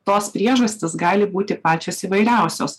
tos priežastys gali būti pačios įvairiausios